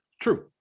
true